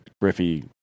Griffey